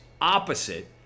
opposite